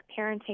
Parenting